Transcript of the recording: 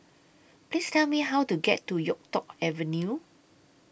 Please Tell Me How to get to Yuk Tong Avenue